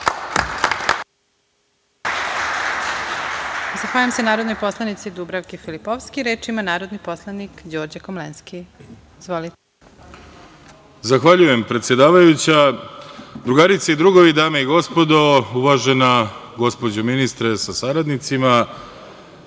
Zahvaljujem, predsedavajuća. Drugarice i drugovi, dame i gospodo, uvažena gospođo ministre sa saradnicima,